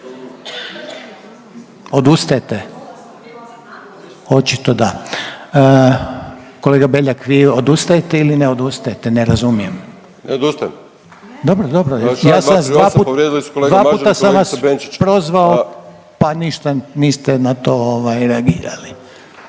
Odustajete? Očito da. Kolega Beljak vi odustajete ili ne odustajete ne razumijem? **Beljak, Krešo (HSS)** Ne odustajem. …/Upadica Reiner: Dobro, dobro. Dva puta sam vas prozvao pa ništa niste na to reagirali./…